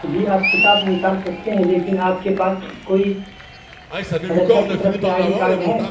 جی آپ کتاب نکال سکتے ہیں لیکن آپ کے پاس کوئی مدرسہ کی طرف سے آئی ڈی کارڈ ہے